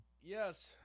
Yes